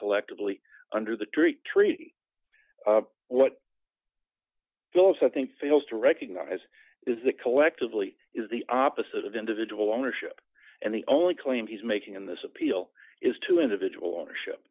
collectively under the tree treaty what goes i think fails to recognize is that collectively is the opposite of individual ownership and the only claim he's making in this appeal is to individual ownership